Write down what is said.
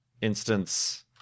instance